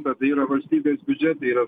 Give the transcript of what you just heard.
bet tai yra valstybės biudžete yra